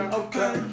okay